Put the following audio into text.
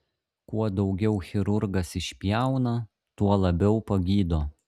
kuo daugiau chirurgas išpjauna tuo labiau pagydo